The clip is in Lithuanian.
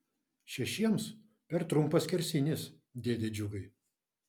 šešiems per trumpas skersinis dėde džiugai